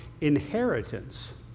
inheritance